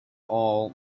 all